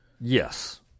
Yes